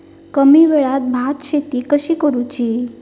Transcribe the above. कमी वेळात भात शेती कशी करुची?